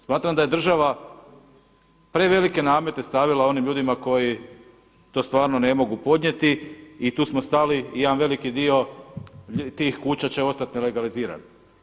Smatram da je država prevelike namete stavila onim ljudima koji to stvarno ne mogu podnijeti i tu smo stali, i jedan veliki dio tih kuća će ostati nelegaliziran.